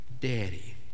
daddy